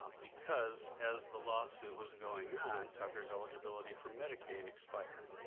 because as the lawsuit was going on, tucker's eligibility for medicaid expired.